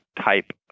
type